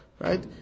Right